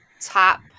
top